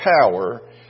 power